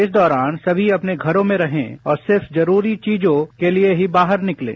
इस दौरान सभी अपनों घरों में रहें और सिर्फ जरूरी चीजों के लिये ही बाहर निकलें